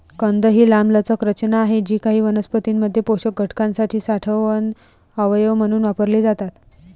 कंद ही लांबलचक रचना आहेत जी काही वनस्पतीं मध्ये पोषक घटकांसाठी साठवण अवयव म्हणून वापरली जातात